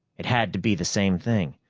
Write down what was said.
it had to be the same thing.